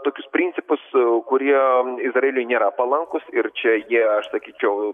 tokius principus kurie izraeliui nėra palankūs ir čia jie aš sakyčiau